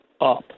up